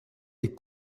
des